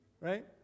right